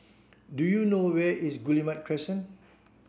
do you know where is Guillemard Crescent